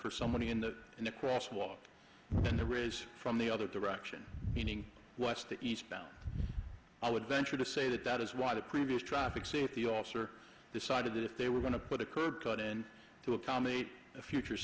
for somebody in the in a cross walk in there is from the other direction meaning west to east bound i would venture to say that that is why the previous traffic safety officer decided that if they were going to put a could cut in to accommodate a future